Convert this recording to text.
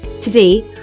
Today